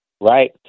right